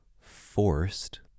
forced